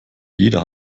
jeder